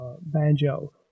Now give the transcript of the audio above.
banjo